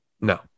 No